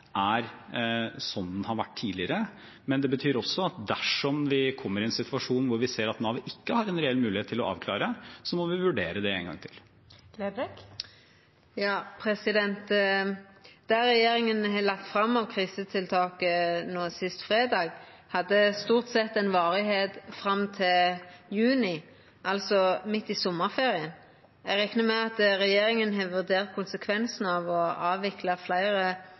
er som den har vært tidligere. Det betyr også at dersom vi kommer i en situasjon hvor vi ser at Nav ikke har en reell mulighet til å avklare, må vi vurdere det en gang til. Solfrid Lerbrekk – til oppfølgingsspørsmål. Det regjeringa la fram av krisetiltak nå sist fredag, hadde stort sett ei varigheit fram til juli, altså midt i sommarferien. Eg reknar med at regjeringa har vurdert konsekvensane av å